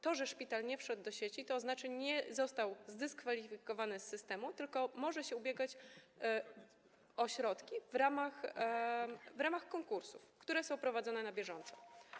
To, że szpital nie wszedł do sieci, nie znaczy, że został zdyskwalifikowany z systemu, tylko może się ubiegać o środki w ramach konkursów, które są prowadzone na bieżąco.